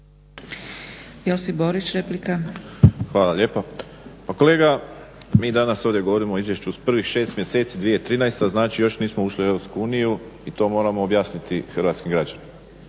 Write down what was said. Josip (HDZ)** Hvala lijepo. Pa kolega, mi danas ovdje govorimo o izvješću prvih 6 mjeseci 2013., znači još nismo ušli u Europsku uniju i to moramo objasniti hrvatskim građanima.